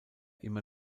immer